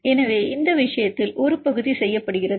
எனவே இந்த விஷயத்தில் ஒரு பகுதி செய்யப்படுகிறது